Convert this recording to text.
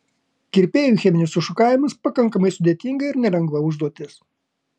kirpėjui cheminis sušukavimas pakankamai sudėtinga ir nelengva užduotis